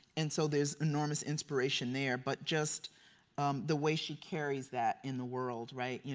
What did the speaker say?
and so there's enormous inspiration there but just the way she carries that in the world, right? you